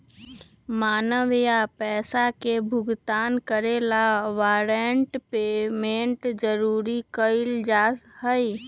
माल या पैसा के भुगतान करे ला वारंट पेमेंट जारी कइल जा हई